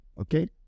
Okay